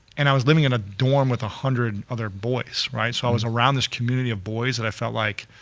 and i was living in a dorm with a hundred and other boy, right? so i was around this community of boys that i felt like,